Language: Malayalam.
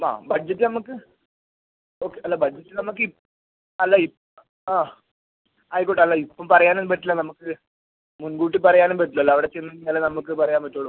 ആ ബഡ്ജറ്റ് നമുക്ക് ഓക്കെ അല്ല ബഡ്ജറ്റ് നമുക്ക് ഇ അല്ല ഇ ആ ആയിക്കോട്ടെ അല്ല ഇപ്പം പറയാനും പറ്റില്ല നമുക്ക് മുൻകൂട്ടി പറയാനും പറ്റില്ലല്ലോ അവിടെ ചെന്ന് കഴിഞ്ഞാലേ നമുക്ക് പറയാൻ പറ്റുള്ളൂ